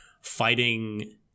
fighting